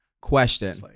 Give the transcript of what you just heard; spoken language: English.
Question